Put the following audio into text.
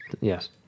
yes